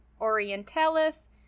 orientalis